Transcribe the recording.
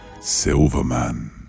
Silverman